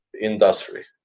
industry